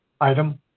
item